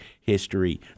history